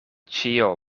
ĉio